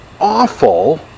awful